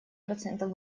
процентов